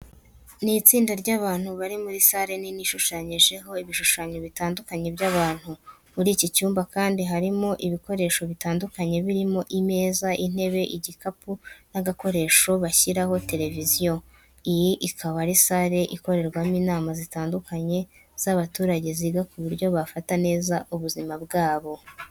Ni itsinda ry'abantu bari muri sale nini ishushanyijeho ibishushanyo bitandukanye by'abantu. Muri iki cyumba kandi harimo n'ibikoresho bitandukanye birimo imeza, intebe, igikapu n'agakoresho bashyiraho televiziyo. Iyi ikaba ari sale ikorerwamo inama zitandukanye z'abaturage ziga ku buryo bafata neza ubuzima bwabo.